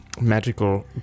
magical